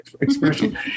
expression